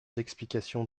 d’explication